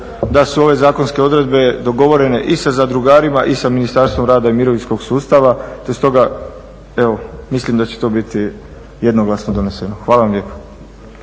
da su ove zakonske odredbe dogovorene i sa zadrugarima i sa Ministarstvom rada i mirovinskog sustava te stoga evo mislim da će to biti jednoglasno doneseno. Hvala vam lijepa.